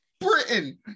Britain